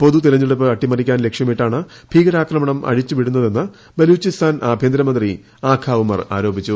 പൊതു തെരഞ്ഞെടുപ്പ് അട്ടിമറിക്കാൻ ലക്ഷ്യമിട്ടാണ് ഭീകരാക്രമണം അഴിച്ചുവിടുന്നതെന്ന് ബലൂചിസ്ഥാൻ ആഭ്യന്തരമന്ത്രി ആഖാ ഉമർ ആരോപിച്ചു